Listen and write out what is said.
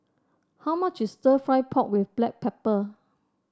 how much is stir fry pork with Black Pepper